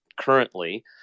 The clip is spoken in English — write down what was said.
currently